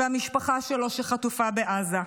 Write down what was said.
והמשפחה שלו שחטופה בעזה.